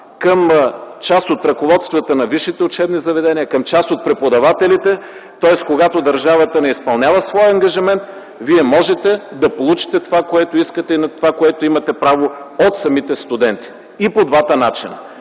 към част от ръководствата на висшите учебни заведения, към част от преподавателите. Тоест, когато държавата не изпълнява своя ангажимент, вие може да получите това, което искате и на това, на което имате право, от самите студенти и по двата начина